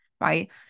right